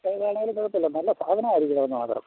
ഏത് ആണേലും കുഴപ്പമില്ല നല്ല സാധനം ആയിരിക്കണം എന്ന് മാത്രം